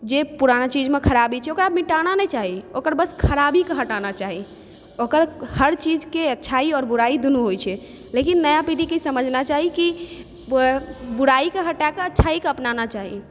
जे पुरना चीजमे खराबी छै ओकरा मिटाना नहि चाही ओकर बस खराबीके हटाना चाही ओकर हर चीजकेँ अच्छाइ आओर बुराइ दुनू होइ छै लेकिन नया पीढ़ीके ई समझना चाही कि बुराइकेँ हटा कऽ अच्छाइकेँ अपनाना चाही